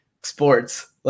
sports